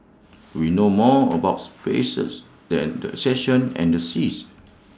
we know more about spaces than the and the seas